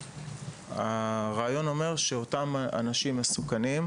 הרעיון אומר שאותם אנשים מסוכנים,